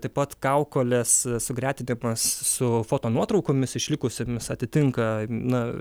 taip pat kaukolės sugretinimas su fotonuotraukomis išlikusiomis atitinka na